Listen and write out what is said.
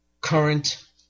current